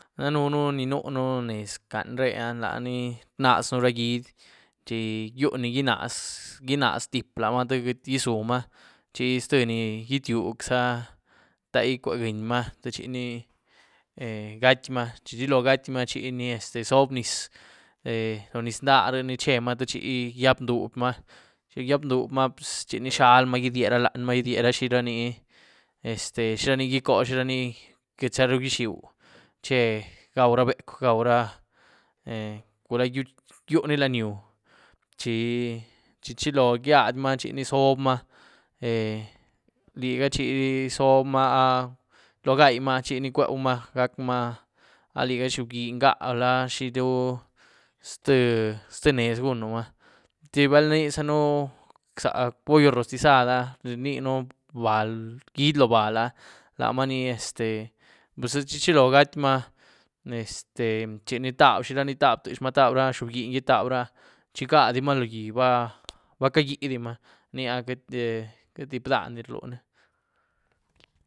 Danën ni nuën nez canre'á lanì rnazën ra gyiedy, chi yu ni gyinaz-gyinaz tïep lamaa te queity izumaa, chi ztïé ni gyityug záh ndai cue gyiënymaa te chini gatymaa, chi chilo gatymaa chini zob nyis, lo nyis dáh r'e ni chemaa te chi gyiagbduubymaa, chi gyiagbduubymaa pus chini zhalymaa, idyié ra lanyímaa, idyié xirani, este, xirani icwou, xirani queityza ru izhiëu che gwau ra becw gwaura, gula gyiuni lanyí nyúu. Chi-chi chilo gyiadymaa chini zobmaa liga chi zobmaa áh, lo gaimaa chini cweumaa gac'maa a liga xiobgyín ngá gula xiru zté-zté nez gunumaa, tïe bal inizaën za pollo rostizad áh, ni rniën gyiéd lóo bal áh, lamaa ni este bzë chi chilo gatymaa áh este chini taby zhirani taby tyexmaa, taby ra xiobgyín gi tabyra, chi gadimaa lo gí, ba cagídimaa. nía queity-queity tíep' dandi rluuni.